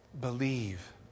believe